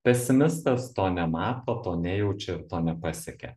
pesimistas to nemato to nejaučia to nepasiekia